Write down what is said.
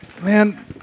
Man